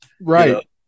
Right